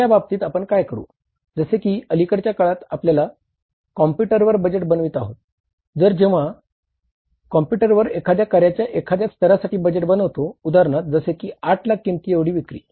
तर या बाबतीत आपण काय करू जसे की अलिकडच्या काळात आपण कॉम्पुटरवर बजेट बनवित आहोत तर जेंव्हा आपण कॉम्पुटरवर एखाद्या कार्याच्या एखाद्या स्तरासाठी बजेट बनवितो उदाहरणार्थ जसे की 8 लाख किंमती एवढी विक्री